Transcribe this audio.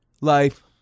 life